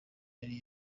yari